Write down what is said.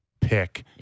pick